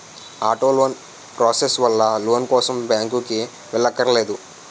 auto loan process వల్ల loan కోసం బ్యాంకుకి వెళ్ళక్కర్లేదు